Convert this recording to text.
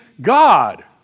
God